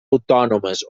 autònomes